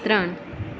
ત્રણ